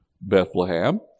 Bethlehem